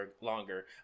longer